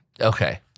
Okay